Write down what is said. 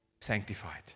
sanctified